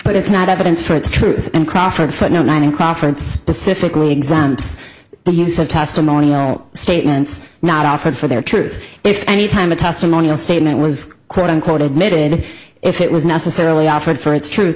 but it's not evidence for its truth and proffered footnote nine in crawford specifically exams the use of testimony statements not offered for their truth if anytime a testimonial statement was quote unquote admitted if it was necessarily offered for its truth